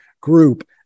group